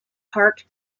park